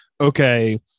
okay